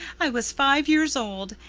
i was five years old,